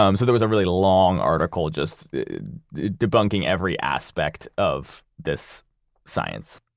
um so there was a really long article just debunking every aspect of this science.